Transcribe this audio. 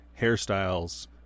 hairstyles